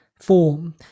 form